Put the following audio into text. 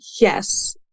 Yes